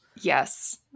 yes